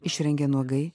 išrengė nuogai